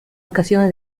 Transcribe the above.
occasione